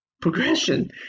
progression